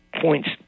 points